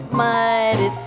mighty